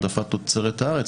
העדפת תוצרת הארץ.